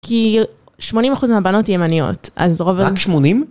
כי 80% מהבנות היא ימניות, אז רוב ה... רק 80?